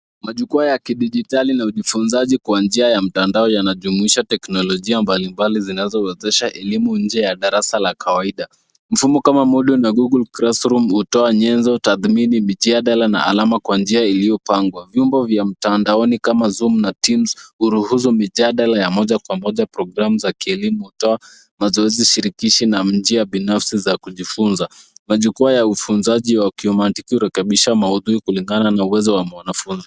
Majukwaa ya kidigitari na ujifunzaji kwa njia ya mtandao yanajumuisha teknolojia mbalimbali zinazowezesha elimu nje ya darasa la kawaida. Mfumo kama moodle na google classroom[ cs] hutoa nyenzo, tadhmidi, mijadala na alama kwa njia iliyopangwa. Vyombo vya mtandaoni kama zoom na teams huruhusu mijadala ya mòja kwa moja. Programu za kielimu hutoa mazoezi shirikishi na njia binafsi za kujifunza. Majukwaa ya ufunzaji wa kimantiki hurekebisha maudhui kulingana na uwezo wa mwanafunzi.